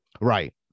Right